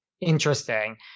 Interesting